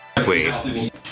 Wait